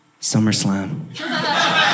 SummerSlam